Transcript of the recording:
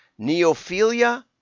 neophilia